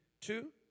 two